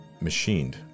machined